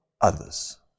others